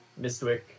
mistwick